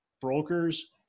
brokers